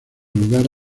lugar